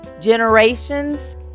generations